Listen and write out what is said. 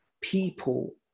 people